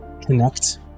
connect